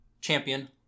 Champion